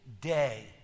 day